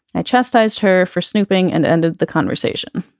i chastised her for snooping and ended the conversation.